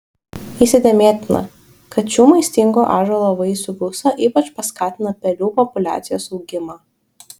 įsidėmėtina kad šių maistingų ąžuolo vaisių gausa ypač paskatina pelių populiacijos augimą